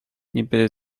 niby